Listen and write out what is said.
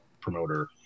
promoter